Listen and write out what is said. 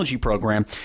program